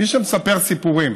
מי שמספר סיפורים